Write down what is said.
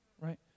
right